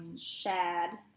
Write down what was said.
Shad